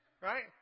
Right